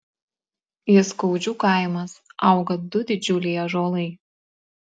jaskaudžių kaimas auga du didžiuliai ąžuolai